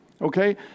Okay